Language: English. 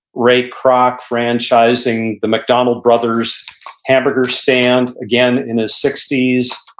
ray kroc franchising the mcdonald brothers hamburger stand. again, in his sixties.